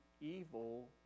Evil